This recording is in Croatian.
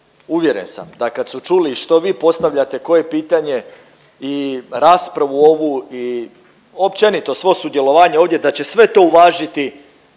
uvjeren sam da kad su čuli što vi postavljate koje pitanje i raspravu ovu i općenito svo sudjelovanje ovdje da će sve to uvažiti